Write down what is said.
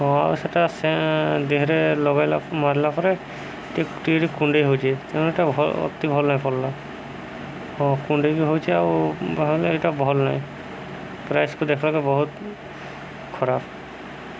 ହଁ ଆଉ ସେଇଟା ସେ ଦେହରେ ଲଗେଇଲା ମାରିଲା ପରେ ଟିକେ ଟିକେ କୁଣ୍ଡେଇ ହଉଛି ତେଣୁ ଏଟା ଅତି ଭଲ୍ ନାହିଁ ପଡ଼ଲା ହଁ କୁଣ୍ଡେଇ ବି ହଉଛି ଆଉ ଭାବିଲି ଏଇଟା ଭଲ୍ ନହିଁ ପ୍ରାଇସ୍କୁ ଦେଖ୍ବାକେ ବହୁତ ଖରାପ